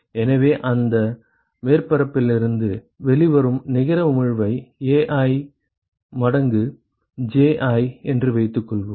எனவே அந்த மேற்பரப்பிலிருந்து வெளிவரும் நிகர உமிழ்வை Ai முடங்கு Ji என்று வைத்துக்கொள்வோம்